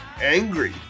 angry